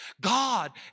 God